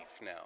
now